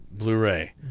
Blu-ray